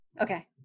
Okay